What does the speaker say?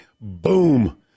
boom